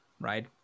right